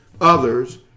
others